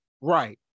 Right